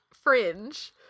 Fringe